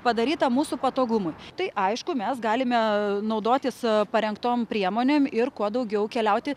padaryta mūsų patogumui tai aišku mes galime naudotis parengtom priemonėm ir kuo daugiau keliauti